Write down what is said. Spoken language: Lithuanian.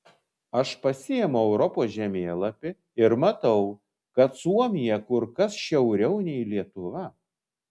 aš pasiimu europos žemėlapį ir matau kad suomija kur kas šiauriau nei lietuva